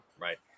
right